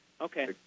Okay